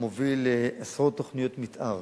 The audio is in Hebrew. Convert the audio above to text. מוביל עשרות תוכניות מיתאר